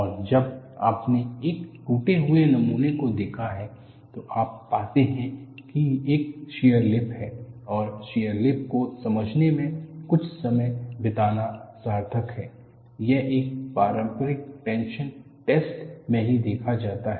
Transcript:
और जब आपने एक टूटे हुए नमूने को देखा है तो आप पाते हैं कि एक शियर लिप है और शियर लिप को समझने में कुछ समय बिताना सार्थक है यह एक पारंपरिक टेंशन टैस्ट में ही देखा जाता है